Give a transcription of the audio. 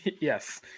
Yes